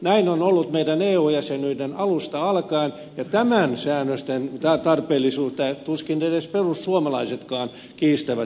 näin on ollut meidän eu jäsenyyden alusta alkaen ja näiden säännösten tarpeellisuutta tuskin edes perussuomalaisetkaan kiistävät